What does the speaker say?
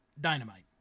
Dynamite